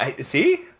See